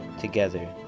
together